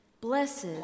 Blessed